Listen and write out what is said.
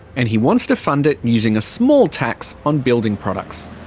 and he wants to fund it, using a small tax on building products.